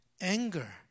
anger